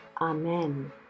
Amen